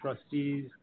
trustees